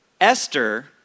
Esther